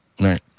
right